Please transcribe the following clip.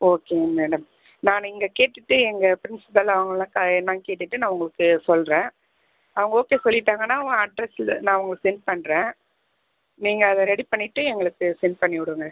okay madam நான் இங்கே கேட்டுட்டு எங்கள் ப்ரின்ஸ்பல் அவங்கள்லாம் க என்னென்னு கேட்டுட்டு நான் உங்களுக்கு சொல்கிறேன் அவங்க ஓகே சொல்லிட்டாங்கன்னால் அவங்க அட்ரெஸை நான் உங்களுக்கு செண்ட் பண்ணுறேன் நீங்கள் அதை ரெடி பண்ணிவிட்டு எங்களுக்கு செண்ட் பண்ணி விடுங்க